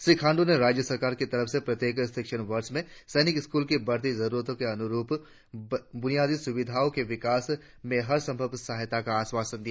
श्री खांडू ने राज्य सरकार की तरफ से प्रत्येक शिक्षण वर्ष में सैनिक स्कूल की बढ़ती जरुरतों के अनुरुप बुनियादी सुविधाओं के विकास में हरसंभव सहायता का आश्वासन दिया